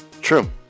True